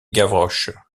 gavroche